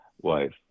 wife